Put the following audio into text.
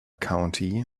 county